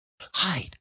hide